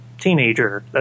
teenager